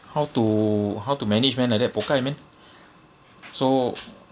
how to how to manage man like that pokai man so